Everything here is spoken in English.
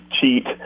cheat